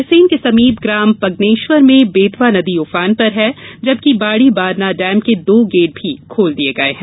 रायसेन के समीप ग्राम पगनेश्वर में बेतवा नदी ऊफान पर है जबकि बाड़ी बारना डेम के दो गेट भी खोल दिये गये हैं